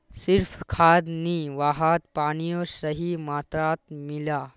सिर्फ खाद नी वहात पानियों सही मात्रात मिला